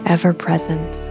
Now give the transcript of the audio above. ever-present